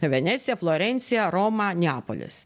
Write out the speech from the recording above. venecija florencija roma neapolis